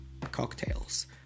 cocktails